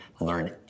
learn